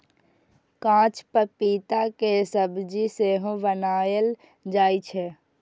कांच पपीता के सब्जी सेहो बनाएल जाइ छै